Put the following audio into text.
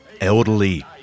elderly